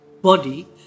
body